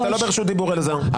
אתה לא ברשות דיבור אלעזר.